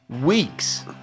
Weeks